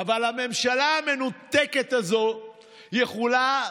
והקטסטרופה היא אדירה.